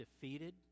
defeated